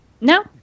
No